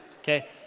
Okay